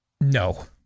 No